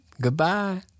Goodbye